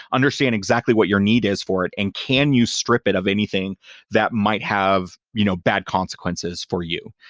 understand exactly what your need is for it and can you strip it of anything that might have you know bad consequences for you.